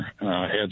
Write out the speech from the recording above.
heads